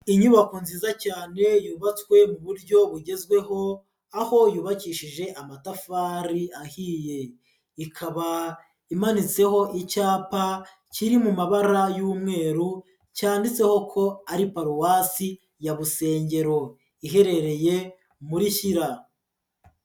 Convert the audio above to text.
Inyubako nziza cyane yubatswe mu buryo bugezweho, aho yubakishije amatafari ahiye, ikaba imanitseho icyapa kiri mu mabara y'umweru cyanditseho ko ari paruwasi ya Busengero iherereye muri Shyira.